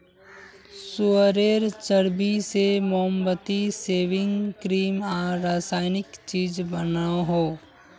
सुअरेर चर्बी से मोमबत्ती, सेविंग क्रीम आर रासायनिक चीज़ बनोह